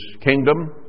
kingdom